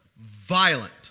violent